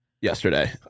yesterday